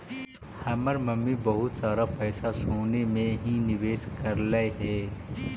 हमर मम्मी बहुत सारा पैसा सोने में ही निवेश करलई हे